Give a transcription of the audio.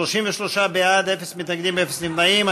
33 בעד, אין מתנגדים, אין נמנעים.